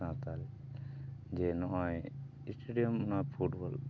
ᱥᱟᱱᱛᱟᱲ ᱡᱮ ᱱᱚᱜᱼᱚᱭ ᱥᱴᱮᱰᱤᱭᱟᱢ ᱚᱱᱟ ᱯᱷᱩᱴᱵᱚᱞ